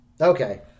Okay